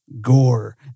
Gore